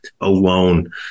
alone